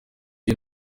uyu